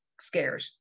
scared